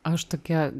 aš tokia